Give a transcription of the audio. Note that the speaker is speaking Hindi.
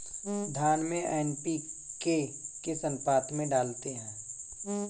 धान में एन.पी.के किस अनुपात में डालते हैं?